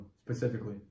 specifically